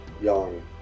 young